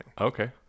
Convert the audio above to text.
Okay